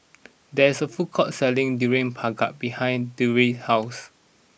there is a food court selling Durian Pengat behind Durrell house